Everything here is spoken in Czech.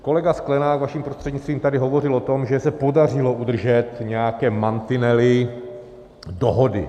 Kolega Sklenák vaším prostřednictvím tady hovořil o tom, že se podařilo udržet nějaké mantinely dohody.